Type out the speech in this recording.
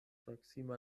proksima